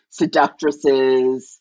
seductresses